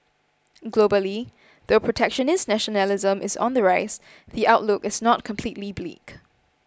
globally though protectionist nationalism is on the rise the outlook is not completely bleak